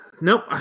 Nope